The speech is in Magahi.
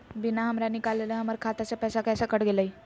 बिना हमरा निकालले, हमर खाता से पैसा कैसे कट गेलई?